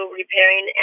repairing